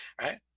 right